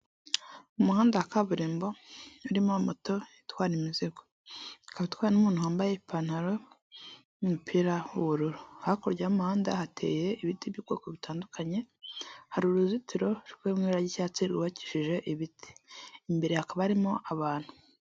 Umuhanda wa kaburimbo urimo moto itwara imizigo ikaba itwawe n'umuntu wambaye ipantaro n'umupira w'ubururu, hakurya y'umahanda hateye ibiti by'ubwoko butandukanye, hari uruzitiro ruri mu ibara ry'icyatsi rwubakishije ibiti imbere hakaba harimo abantu.